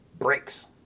brakes